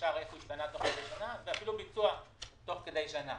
ואפילו ביצוע תוך כדי שנה.